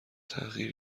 تغییر